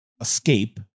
escape